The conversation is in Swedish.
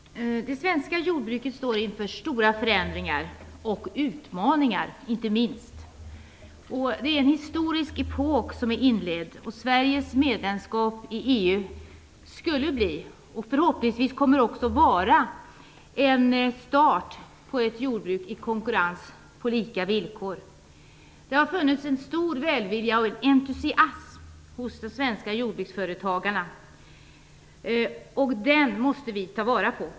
Fru talman! Det svenska jordbruket står inför stora förändringar och inte minst utmaningar. Det är en historisk epok som har inletts. Sveriges medlemskap i EU skulle bli och kommer förhoppningsvis också att vara en start på ett jordbruk i konkurrens på lika villkor. Det har funnits en stor välvilja och entusiasm hos de svenska jordbruksföretagarna, och den måste vi ta vara på.